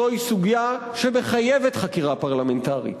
זוהי סוגיה שמחייבת חקירה פרלמנטרית.